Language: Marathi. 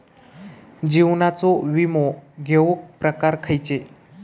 जीवनाचो विमो घेऊक प्रकार खैचे?